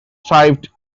thrived